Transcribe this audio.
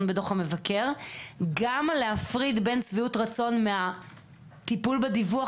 בדו"ח המבקר; היכולת להפריד בין שביעות רצון מהטיפול בדיווח